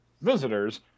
visitors